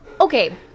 Okay